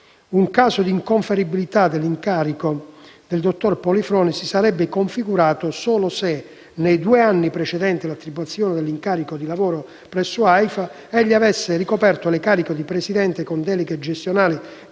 Un caso di inconferibilità dell'incarico al dottor Polifrone si sarebbe configurato solo se, nei due anni precedenti l'attribuzione dell'incarico di lavoro nell'Aifa, egli avesse ricoperto «le cariche di presidente con deleghe gestionali